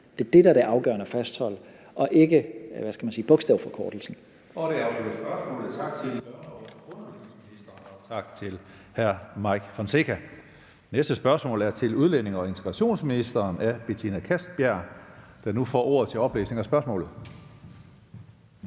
Det er det, der er det afgørende at fastholde, og ikke bogstavforkortelser.